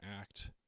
act